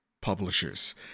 publishers